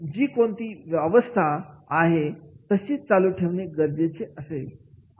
त्यामुळ जी कोणती अवस्था आहे ती आहे अशीच चालू ठेवणे गरजेचे असेल